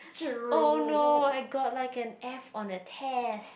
oh no I got like an F on a test